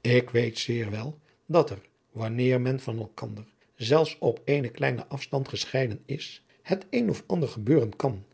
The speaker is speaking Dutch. ik weet zeer wel dat er wanneer men van elkander zelfs op eenen kleinen afstand gescheiden is het een of ander gebeuren kan